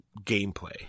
gameplay